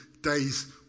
days